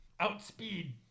outspeed